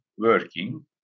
working